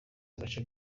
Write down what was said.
agace